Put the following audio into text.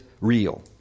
real